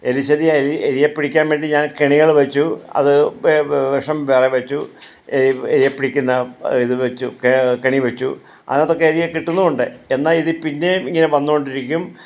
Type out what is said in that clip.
എലി ശല്യം എലി എലിയെ പിടിക്കാൻ വേണ്ടി ഞാൻ കെണികൾ വെച്ചു അത് വെഷം വേറെ വെച്ചു എ എലി എലിയെ പിടിക്കുന്ന ഇത് വെച്ചു കെ കെണി വെച്ചു അതിനകത്തൊക്കെ എലിയെ കിട്ടുന്നുണ്ട് എന്നാൽ ഇതിൽ പിന്നേം ഇങ്ങനെ വന്നോണ്ടിരിക്കും